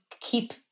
keep